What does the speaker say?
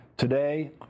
Today